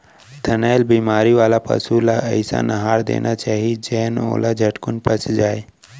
थनैल बेमारी वाला पसु ल अइसन अहार देना चाही जेन ओला झटकुन पच जाय